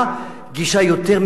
גישה יותר מבינה,